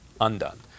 undone